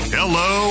Hello